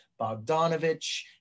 Bogdanovich